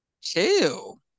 Chill